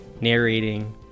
narrating